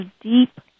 deep